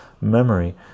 memory